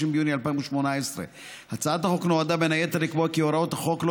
30 ביוני 2018. הצעת החוק נועדה בין היתר לקבוע כי הוראות החוק לא